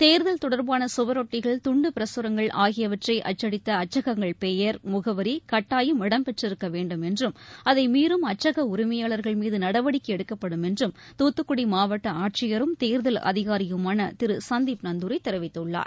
தேர்தல் தொடர்பான சுவரொட்டிகள் துண்டு பிரசுரங்கள் ஆகியவற்றை அச்சடித்த அச்சகங்கள் பெயர் முகவரி கட்டாயம் இடம்பெற்றிருக்க வேண்டும் என்றும் அதை மீறும் அச்சக உரிமையாளர்கள் மீது நடவடிக்கை எடுக்கப்படும் என்றும் துத்துக்குடி மாவட்ட ஆட்சியரும் தேர்தல் அதிகாரியுமான திரு சந்தீப் நந்தூரி தெரிவித்துள்ளார்